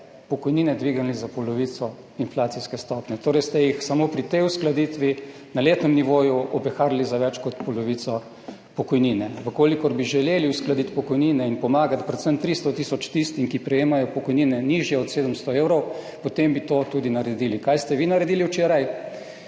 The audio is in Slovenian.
pokojnine dvignili za polovico inflacijske stopnje, torej ste jih samo pri tej uskladitvi na letnem nivoju opeharili za več kot polovico pokojnine. V kolikor bi želeli uskladiti pokojnine in pomagati predvsem 300 tisoč tistim, ki prejemajo pokojnine nižje od 700 evrov, potem bi to tudi naredili. Kaj ste vi naredili včeraj?